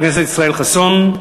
חבר הכנסת ישראל חסון,